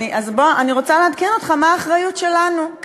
בוא, אני רוצה לעדכן אותך מה האחריות שלנו.